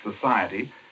society